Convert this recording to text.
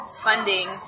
funding